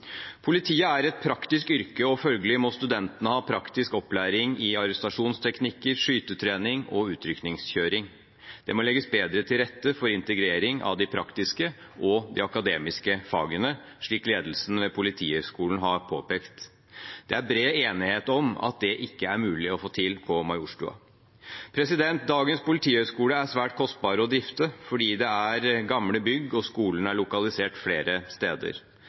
Politiet er et praktisk yrke, og følgelig må studentene ha praktisk opplæring i arrestasjonsteknikker, skytetrening og utrykningskjøring. Det må legges bedre til rette for integrering av de praktiske og de akademiske fagene, slik ledelsen ved Politihøgskolen har påpekt. Det er bred enighet om at det ikke er mulig å få til på Majorstua. Dagens politihøgskole er svært kostbar å drifte fordi det er gamle bygg og skolen er lokalisert flere steder.